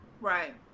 Right